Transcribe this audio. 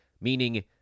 Meaning